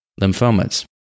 Lymphomas